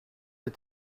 est